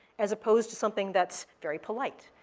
as opposed to something that's very polite.